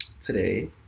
today